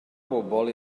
bobol